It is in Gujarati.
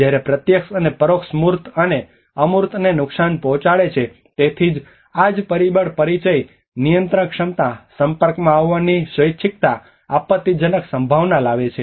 જ્યારે પ્રત્યક્ષ અને પરોક્ષ મૂર્ત અને અમૂર્તને નુકસાન પહોંચાડે છે તેથી આ જ પરિબળ પરિચય નિયંત્રણક્ષમતા સંપર્કમાં આવવાની સ્વૈચ્છિકતા આપત્તિજનક સંભાવના લાવે છે